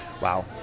Wow